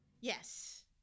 Yes